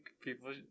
people